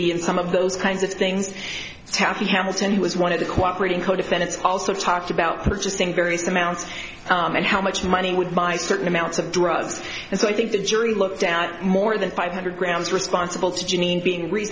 be in some of those kinds of things taffy hamilton who was one of the cooperating co defendants also talked about purchasing various amounts and how much money would buy certain amounts of drugs and so i think the jury looked down at more than five hundred grams responsible to janine being rea